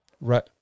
Right